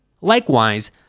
Likewise